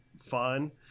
fun